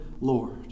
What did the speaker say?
Lord